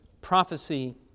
prophecy